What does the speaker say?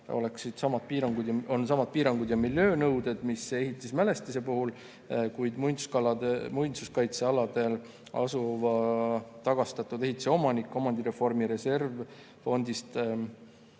on samad piirangud ja miljöönõuded, mis ehitismälestiste puhul, kuid muinsuskaitsealadel asuva tagastatud ehitise omanik omandireformi reservfondist